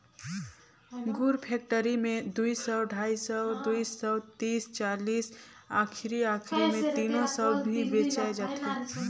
गुर फेकटरी मे दुई सौ, ढाई सौ, दुई सौ तीस चालीस आखिरी आखिरी मे तीनो सौ भी बेचाय जाथे